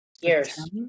Years